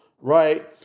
right